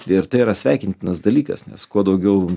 ir tai yra sveikintinas dalykas nes kuo daugiau